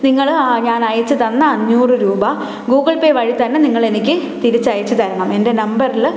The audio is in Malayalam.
നിങ്ങൾ ആ ഞാൻ അയച്ചു തന്ന അഞ്ഞൂറ് രൂപ ഗൂഗിൾ പേ വഴി തന്നെ നിങ്ങളെനിക്ക് തിരിച്ചയച്ചു തരണം എൻ്റെ നമ്പറിൽ